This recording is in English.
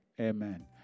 Amen